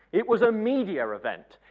it was a media event.